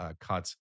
cuts